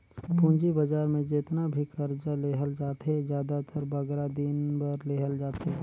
पूंजी बजार में जेतना भी करजा लेहल जाथे, जादातर बगरा दिन बर लेहल जाथे